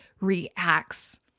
reacts